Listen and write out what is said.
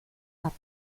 hat